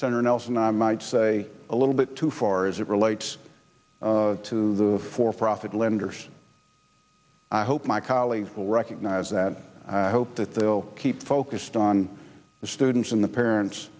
senator nelson i might say a little bit too far as it relates to the for profit lenders i hope my colleagues will recognize that i hope that they will keep focused on the students and the parents